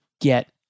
get